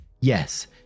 Yes